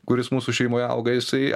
kuris mūsų šeimoje auga jisai